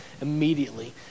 immediately